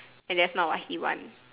and that's not what he want